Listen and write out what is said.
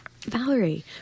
Valerie